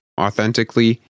authentically